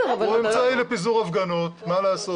הוא אמצעי לפיזור הפגנות, מה לעשות?